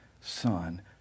son